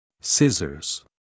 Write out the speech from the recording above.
scissors